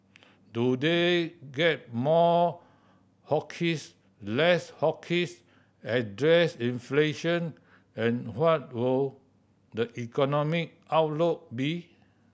do they get more hawkish less hawkish address inflation and what will the economic outlook be